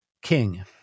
King